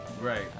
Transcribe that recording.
Right